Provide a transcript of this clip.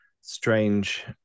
strange